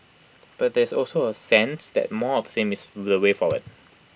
but there is also A sense that more of the same is the way forward